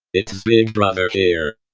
it's big brother here.